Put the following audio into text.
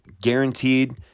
Guaranteed